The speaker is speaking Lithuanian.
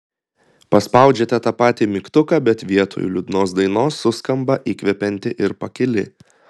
paspaudžiate tą patį mygtuką bet vietoj liūdnos dainos suskamba įkvepianti ir pakili